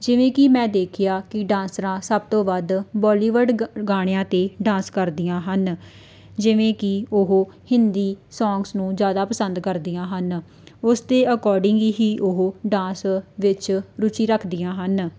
ਜਿਵੇਂ ਕਿ ਮੈਂ ਦੇਖਿਆ ਕਿ ਡਾਂਸਰਾ ਸਭ ਤੋਂ ਵੱਧ ਬੋਲੀਵੁੱਡ ਗ ਗਾਣਿਆਂ 'ਤੇ ਡਾਂਸ ਕਰਦੀਆਂ ਹਨ ਜਿਵੇਂ ਕਿ ਉਹ ਹਿੰਦੀ ਸੌਂਗਸ ਨੂੰ ਜ਼ਿਆਦਾ ਪਸੰਦ ਕਰਦੀਆਂ ਹਨ ਉਸ ਦੇ ਅਕੌਰਡਿੰਗ ਹੀ ਉਹ ਡਾਂਸ ਵਿੱਚ ਰੁਚੀ ਰੱਖਦੀਆਂ ਹਨ